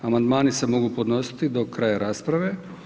Amandmani se mogu podnositi do kraja rasprave.